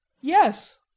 Yes